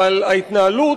אבל ההתנהלות,